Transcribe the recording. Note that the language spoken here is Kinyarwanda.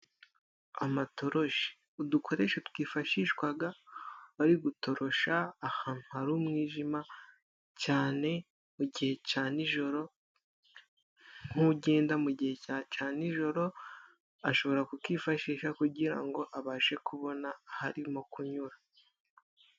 Amatoroshi udukoresho twifashishwa bari gutorosha ahantu hari umwijima cyane mu gihe cya nijoro, nk'ugenda mu gihe cya nijoro ashobora kukifashisha , kugira ngo abashe kubona aho arimo kunyura.